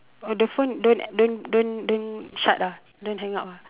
or the phone don't don't don't don't shut ah don't hang up ah